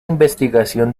investigación